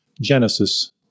Genesis